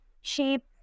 shape